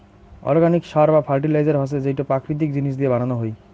organic সার বা fertiliser হসে যেইটো প্রাকৃতিক জিনিস দিয়া বানানো হই